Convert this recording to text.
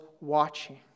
watching